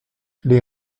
les